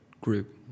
group